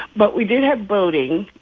but we did have boating,